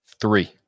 three